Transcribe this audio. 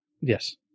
Yes